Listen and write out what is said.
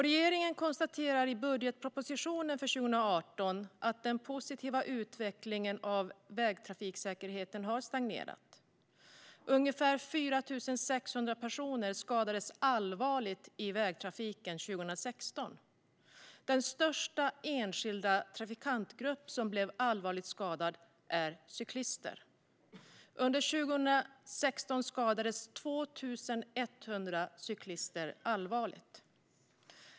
Regeringen konstaterar i budgetpropositionen för 2018 att den positiva utvecklingen av vägtrafiksäkerheten har stagnerat. Ungefär 4 600 personer skadades allvarligt i vägtrafiken under 2016. Den största enskilda trafikantgrupp som blev allvarligt skadad är cyklister. Under 2016 skadades 2 100 cyklister allvarligt.